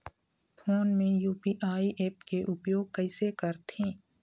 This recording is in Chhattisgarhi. फोन मे यू.पी.आई ऐप के उपयोग कइसे करथे?